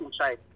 inside